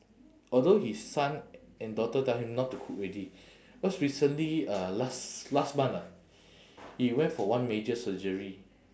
although his son and daughter tell him not to cook already cause recently uh last last month ah he went for one major surgery